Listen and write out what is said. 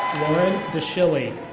deshilly.